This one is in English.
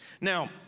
Now